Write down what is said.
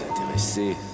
intéressé